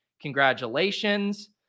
Congratulations